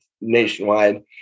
nationwide